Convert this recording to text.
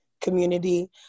community